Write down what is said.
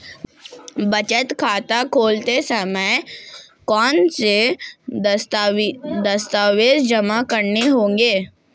बचत खाता खोलते समय कौनसे दस्तावेज़ जमा करने होंगे?